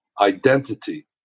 identity